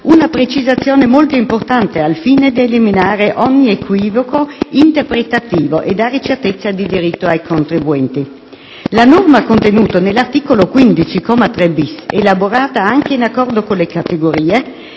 una precisazione molto importante al fine di eliminare ogni equivoco interpretativo e dare certezza di diritto ai contribuenti. La norma contenuta nell'articolo 15, comma 3-*bis*, elaborata anche in accordo con le categorie,